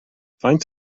faint